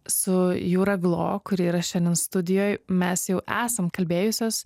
su jūra glo kuri yra šiandien studijoj mes jau esam kalbėjusios